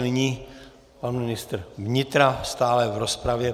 Nyní pan ministr vnitra, stále v rozpravě.